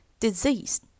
disease